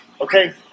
okay